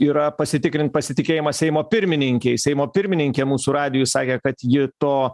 yra pasitikrin pasitikėjimą seimo pirmininkei seimo pirmininkė mūsų radijui sakė kad ji to